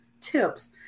tips